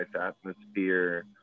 atmosphere